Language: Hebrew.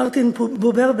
מרטין בובר,